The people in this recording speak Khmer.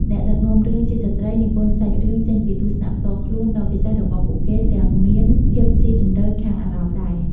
អ្នកដឹកនាំរឿងជាស្ត្រីនិពន្ធសាច់រឿងចេញពីទស្សនៈផ្ទាល់ខ្លួនដ៏ពិសេសរបស់ពួកគេ ទាំងមានភាពសុីជម្រៅខាងអារម្មណ៍ដែរ។